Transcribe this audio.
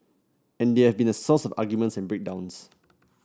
and they have been the source of arguments and break downs